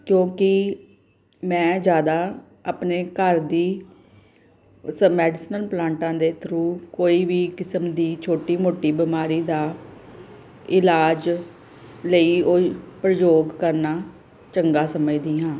ਕਿਉਂਕਿ ਮੈਂ ਜ਼ਿਆਦਾ ਆਪਣੇ ਘਰ ਦੀ ਉਸ ਮੈਡੀਸਨਲ ਪਲਾਂਟਾਂ ਦੇ ਥਰੂ ਕੋਈ ਵੀ ਕਿਸਮ ਦੀ ਛੋਟੀ ਮੋਟੀ ਬਿਮਾਰੀ ਦਾ ਇਲਾਜ ਲਈ ਉਹ ਪ੍ਰਯੋਗ ਕਰਨਾ ਚੰਗਾ ਸਮਝਦੀ ਹਾਂ